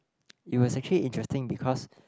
it was actually interesting because